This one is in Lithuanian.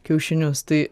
kiaušinius tai